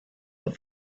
the